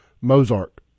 Mozart